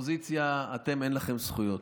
אופוזיציה, אתם, אין לכם זכויות.